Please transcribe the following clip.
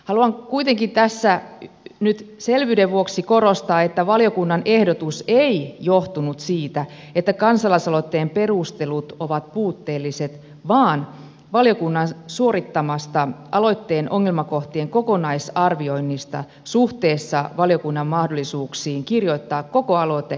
haluan kuitenkin tässä nyt selvyyden vuoksi korostaa että valiokunnan ehdotus ei johtunut siitä että kansalaisaloitteen perustelut ovat puutteelliset vaan valiokunnan suorittamasta aloitteen ongelmakohtien kokonaisarvioinnista suhteessa valiokunnan mahdollisuuksiin kirjoittaa koko aloite uudelleen